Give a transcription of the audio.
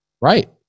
Right